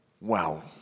Wow